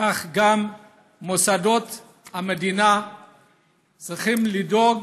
כך, גם מוסדות המדינה צריכים לדאוג